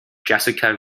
jessica